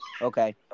Okay